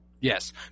Yes